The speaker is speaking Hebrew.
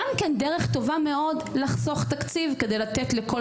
גם כן דרך טובה מאוד לחסוך תקציב כדי לתת לכל